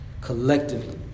collectively